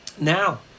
Now